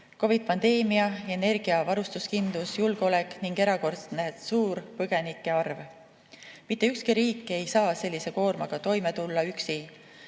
COVID-i pandeemia, energiavarustuskindlus, julgeolek ning erakordselt suur põgenike arv. Mitte ükski riik ei saa sellise koormaga toime tulla üksi.